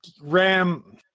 RAM